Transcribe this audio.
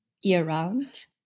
year-round